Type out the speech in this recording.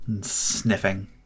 sniffing